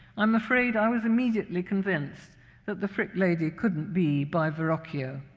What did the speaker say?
i'm afraid i was immediately convinced that the frick lady couldn't be by verrocchio.